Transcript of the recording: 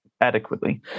adequately